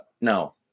No